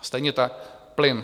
Stejně tak plyn.